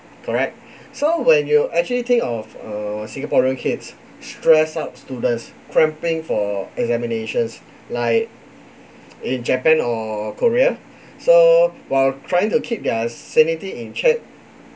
correct so when you actually think of a singaporean kids stressed out students cramming for examinations like in japan or korea so while trying to keep their sanity in check